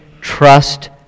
trust